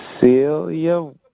Celia